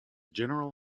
general